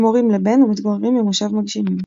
הם הורים לבן ומתגוררים במושב מגשימים.